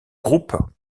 groupe